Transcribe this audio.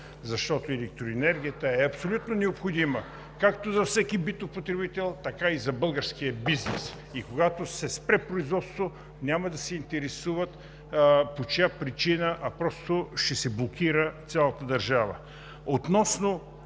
защото електроенергията е абсолютно необходима както за всеки битов потребител, така и за българския бизнес. И когато се спре производството, няма да се интересуват по чия причина, а просто ще се блокира цялата държава. Относно